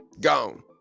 gone